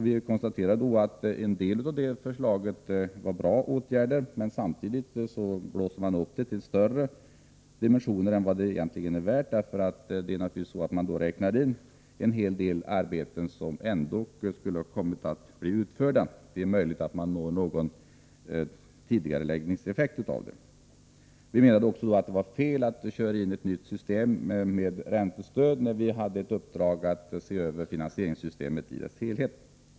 Vi konstaterar att en del av programmet utgörs av bra åtgärder, men vi tycker att man blåser upp det till större dimensioner än vad det egentligen är värt. Man räknar naturligtvis in en hel del arbeten som ändå skulle ha kommit att bli utförda. Det är möjligt att man når någon tidigareläggningseffekt av det. Vi menade också att det var fel att införa ett nytt system med räntestöd när det finns ett uppdrag att se över finansieringssystemet i dess helhet.